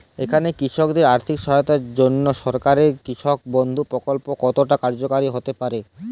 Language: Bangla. এখানে কৃষকদের আর্থিক সহায়তায় রাজ্য সরকারের কৃষক বন্ধু প্রক্ল্প কতটা কার্যকরী হতে পারে?